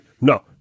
no